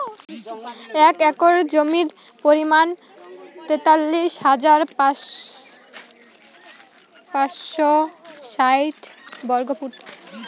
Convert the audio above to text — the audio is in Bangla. এক একর জমির পরিমাণ তেতাল্লিশ হাজার পাঁচশ ষাইট বর্গফুট